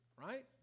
right